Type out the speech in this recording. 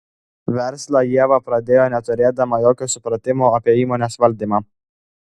verslą ieva pradėjo neturėdama jokio supratimo apie įmonės valdymą